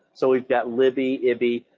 so we've got libby, ibby,